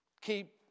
keep